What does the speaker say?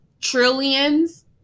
trillions